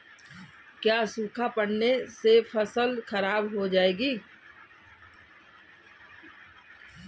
क्या सूखा पड़ने से फसल खराब हो जाएगी?